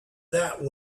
that